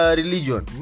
religion